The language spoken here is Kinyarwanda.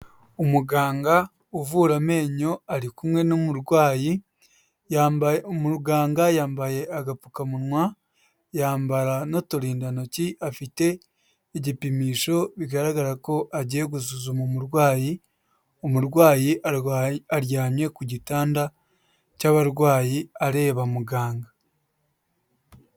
Umuganga uvura amenyo, ari kumwe n'umurwayi, umuganga yambaye agapfukamunwa, yambara n'uturindantoki, afite igipimisho bigaragara ko agiye gusuzuma umurwayi, umurwayi a aryamye ku gitanda cy'abarwayi areba muganga.